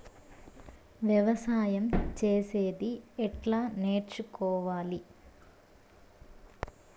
వ్యవసాయం చేసేది ఎట్లా నేర్చుకోవాలి?